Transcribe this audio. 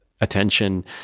attention